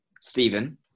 Stephen